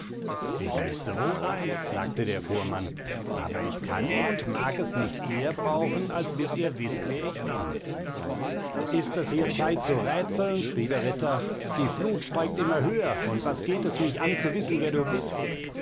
ich wüßte wohl eins sagte der fuhrmann aber ich kann und mag es nicht eher brauchen als bis ihr wißt wer ich bin ist es hier zeit zu rätseln schrie der ritter die flut steigt immer höher und was geht es mich an zu wissen wer du bist